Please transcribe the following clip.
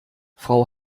frau